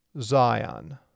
Zion